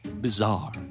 Bizarre